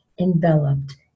enveloped